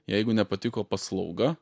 jeigu nepatiko paslauga